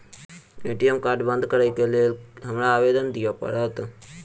ATM card बंद करैक लेल हमरा आवेदन दिय पड़त?